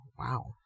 Wow